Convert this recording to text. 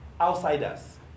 outsiders